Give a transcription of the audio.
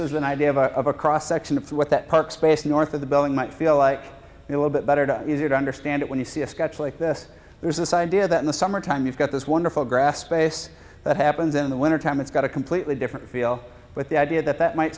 is an idea of a of a cross section of what that park space north of the building might feel like you know a bit better to easier to understand it when you see a sketch like this there's this idea that in the summertime you've got this wonderful grass space that happens in the wintertime it's got a completely different feel but the idea that that might